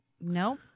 No